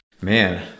Man